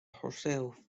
herself